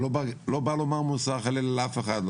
אני לא בא לומר מוסר חלילה לאף אחד,